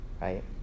right